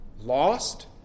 lost